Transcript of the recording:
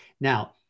Now